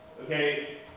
okay